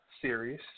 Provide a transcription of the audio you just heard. series